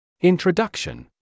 Introduction